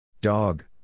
Dog